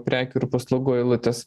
prekių ir paslaugų eilutes